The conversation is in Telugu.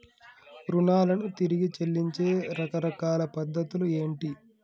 రుణాలను తిరిగి చెల్లించే రకరకాల పద్ధతులు ఏంటి?